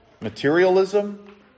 materialism